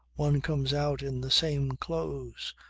one comes out in the same clothes,